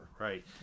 Right